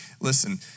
Listen